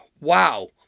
Wow